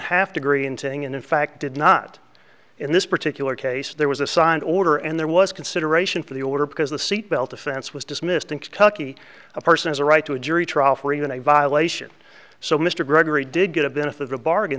have to agree into thing and in fact did not in this particular case there was a signed order and there was consideration for the order because the seatbelt offense was dismissed in kentucky a person has a right to a jury trial for even a violation so mr gregory did get a benefit of the bargain